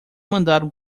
mandar